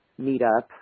meetup